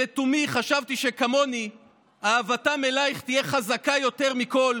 שלתומי חשבתי שכמוני אהבתם אלייך תהיה חזקה יותר מכול,